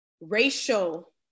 racial